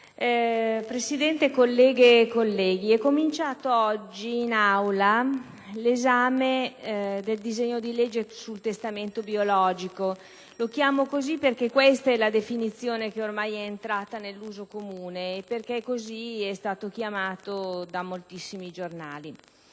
Presidente, colleghe e colleghi, è cominciato oggi in Aula l'esame del disegno di legge sul testamento biologico. Lo chiamo così perché questa è la definizione che è ormai entrata nell'uso comune e perché così è stato chiamato da moltissimi giornali.